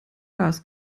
gas